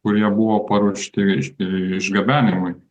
kurie buvo paruošti iš išgabenimui